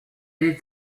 est